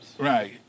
Right